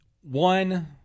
one